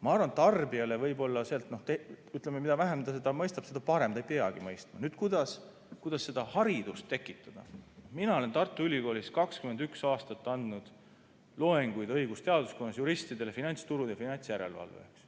Ma arvan, et tarbijale võib-olla on nii, ütleme, mida vähem ta seda mõistab, seda parem. Ta ei peagi mõistma. Kuidas seda haridust tekitada? Mina olen Tartu Ülikoolis 21 aastat andnud loenguid õigusteaduskonnas juristidele: finantsturud ja finantsjärelevalve.